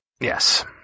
Yes